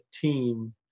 team